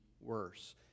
worse